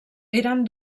eren